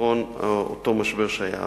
לפתרון אותו משבר שהיה אז.